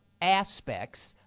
aspects